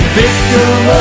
victim